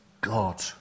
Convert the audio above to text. God